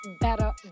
better